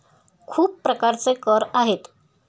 खूप प्रकारचे कर आहेत